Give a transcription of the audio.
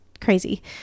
crazy